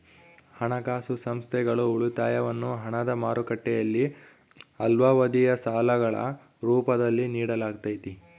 ಹಣಕಾಸು ಸಂಸ್ಥೆಗಳು ಉಳಿತಾಯವನ್ನು ಹಣದ ಮಾರುಕಟ್ಟೆಯಲ್ಲಿ ಅಲ್ಪಾವಧಿಯ ಸಾಲಗಳ ರೂಪದಲ್ಲಿ ನಿಡಲಾಗತೈತಿ